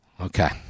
Okay